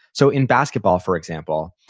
so in basketball, for example,